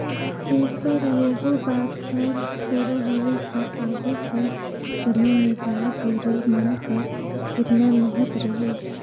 तेकर एहू बात हर फुरों हवे कि आघु कर समे में गाय गरू मन कर केतना महत रहिस